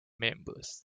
members